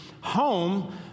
Home